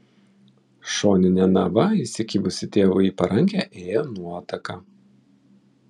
šonine nava įsikibusi tėvui į parankę ėjo nuotaka